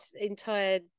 entire